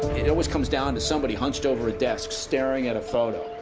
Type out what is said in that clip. it always comes down to somebody hunched over a desk, staring at a photo,